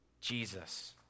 Jesus